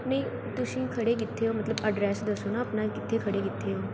ਨਹੀਂ ਤੁਸੀਂ ਖੜ੍ਹੇ ਕਿੱਥੇ ਹੋ ਮਤਲਬ ਐਡਰੈਸ ਦੱਸੋ ਨਾ ਆਪਣਾ ਕਿੱਥੇ ਖੜ੍ਹੇ ਕਿੱਥੇ ਹੋ